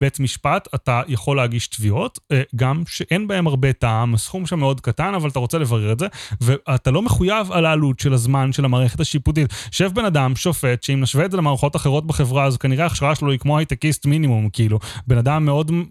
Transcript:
בית משפט אתה יכול להגיש תביעות, גם שאין בהם הרבה טעם, הסכום שם מאוד קטן, אבל אתה רוצה לברר את זה, ואתה לא מחויב על העלות של הזמן של המערכת השיפוטית. יושב בנאדם, שופט, שאם נשווה את זה למערכות אחרות בחברה, אז כנראה ההכשרה שלו היא כמו הייטקיסט מינימום, כאילו, בנאדם מאוד...